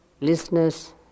listeners